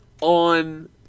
on